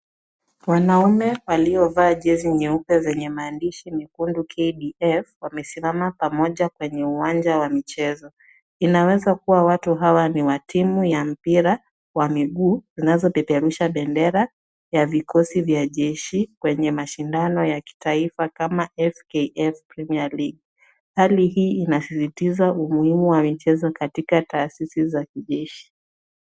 Wanaume waliovaa jezi nyeupe zenye maandishi mekundu KDF wamesimama pamoja kwenye uwanja wa michezo. Inaweza kua watu hawa ni wa timu ya mpira wa miguu zinazopeperusha bendera ya vikosi vya jeshi kwenye mashindano ya kitaifaka kama FKF Premier League . Hali hii inasisitiza umuhimu wa michezo katika taasisi za kijeshi.